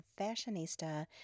fashionista